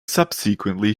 subsequently